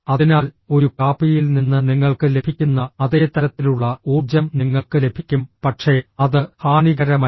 അതിനാൽ ഒരു കാപ്പിയിൽ നിന്ന് നിങ്ങൾക്ക് ലഭിക്കുന്ന അതേ തരത്തിലുള്ള ഊർജ്ജം നിങ്ങൾക്ക് ലഭിക്കും പക്ഷേ അത് ഹാനികരമല്ല